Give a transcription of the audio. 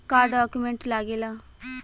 का डॉक्यूमेंट लागेला?